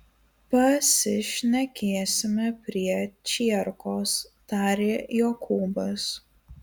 pasišnekėsime prie čierkos tarė jokūbas